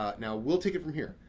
ah now we'll take it from here.